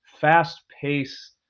fast-paced